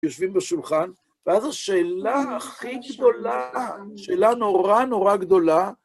יושבים בשולחן, ואז השאלה הכי גדולה, שאלה נורא נורא גדולה,